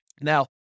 Now